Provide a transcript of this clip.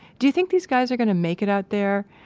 do you think these guys are gonna make it out there?